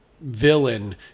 villain